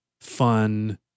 fun